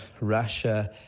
Russia